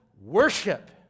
Worship